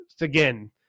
again